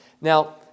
Now